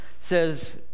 says